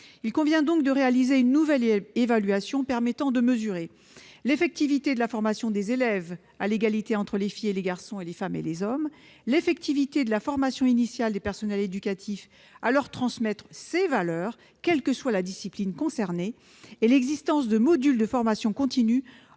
Il convient donc de réaliser une nouvelle évaluation permettant de mesurer l'effectivité de la formation des élèves à l'égalité entre les filles et les garçons et entre les femmes et les hommes, l'effectivité de la formation initiale des personnels éducatifs à la transmission de ces valeurs aux élèves, quelle que soit la discipline concernée, et l'existence de modules de formation continue